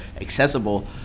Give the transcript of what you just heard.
accessible